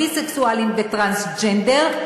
ביסקסואלים וטרנסג'נדר,